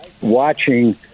watching